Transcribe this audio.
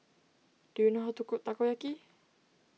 do you know how to cook Takoyaki